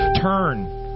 Turn